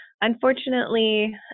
Unfortunately